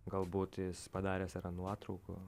galbūt jis padaręs yra nuotraukų